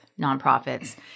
nonprofits